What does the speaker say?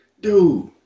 Dude